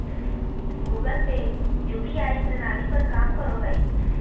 Google Pay UPI प्रणाली पर काम करो हय